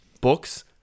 books